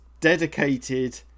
dedicated